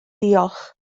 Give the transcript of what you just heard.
diolch